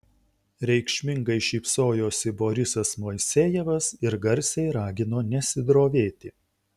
reikšmingai šypsojosi borisas moisejevas ir garsiai ragino nesidrovėti